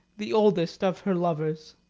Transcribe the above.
the oldest of her lovers.